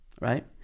Right